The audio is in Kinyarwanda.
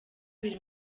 biri